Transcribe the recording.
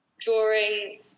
drawing